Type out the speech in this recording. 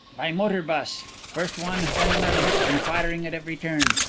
by motor bus first one then another, inquiring at every turning.